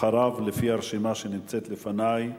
אחריו, לפי הרשימה שנמצאת לפני,